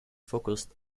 focused